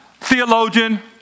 theologian